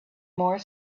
more